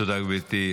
תודה, גברתי.